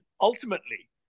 ultimately